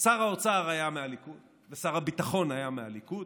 שר האוצר היה מהליכוד ושר הביטחון היה מהליכוד,